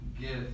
gift